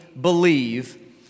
believe